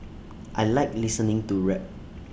I Like listening to rap